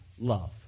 love